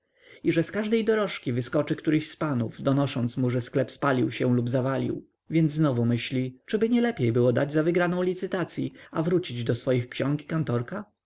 i że z każdej dorożki wyskoczy który z panów donosząc mu że sklep spalił się lub zawalił więc znowu myśli czyby nie lepiej było dać za wygraną licytacyi a wrócić do swoich ksiąg i kantorka